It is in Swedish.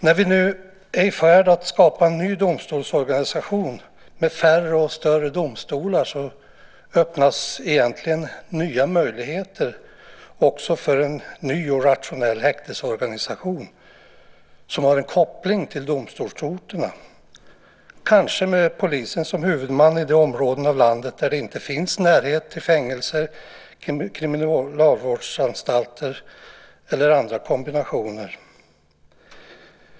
När vi nu är i färd med att skapa en ny domstolsorganisation med färre och större domstolar öppnas nya möjligheter också för en ny och rationell häktesorganisation som har en koppling till domstolsorterna, kanske med polisen som huvudman i de områden av landet där det inte finns närhet till fängelser, kriminalvårdsanstalter eller andra kombinationer.